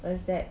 was that